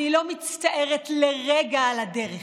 אני לא מצטערת לרגע על הדרך,